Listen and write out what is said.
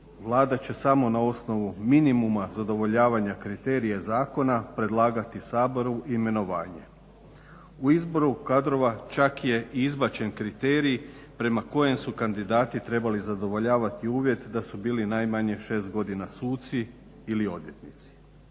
Vlada će samo na osnovu minimuma zadovoljavanja kriterija zakona predlagati Saboru imenovanje. U izboru kadrova čak je izbačen kriterij prema kojem su kandidati trebali zadovoljavati uvjet da su bili najmanje šest godina suci ili odvjetnici.